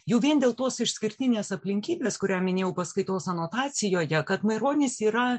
jau vien dėl tos išskirtinės aplinkybės kurią minėjau paskaitos anotacijoje kad maironis yra